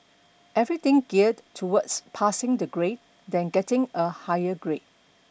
everything geared towards passing the grade then getting a higher grade